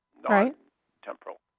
non-temporal